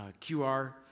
qr